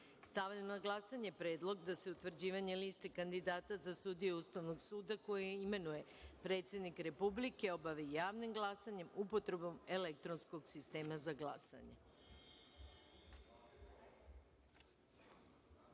na glasanje predlog da se utvrđivanje Liste kandidata za sudije Ustavnog suda koje imenuje predsednik Republike obavi javnim glasanjem – upotrebom elektronskog sistema za